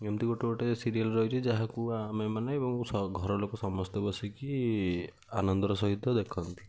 ଏମତି ଗୋଟେ ଗୋଟେ ସିରିଏଲ୍ ରହିଛି ଯାହାକୁ ଆମେ ମାନେ ଏବଂ ଘରଲୋକ ସମସ୍ତେ ବସିକି ଆନନ୍ଦର ସହିତ ଦେଖନ୍ତି